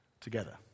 together